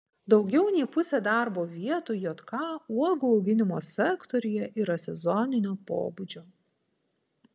daugiau nei pusė darbo vietų jk uogų auginimo sektoriuje yra sezoninio pobūdžio